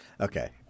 Okay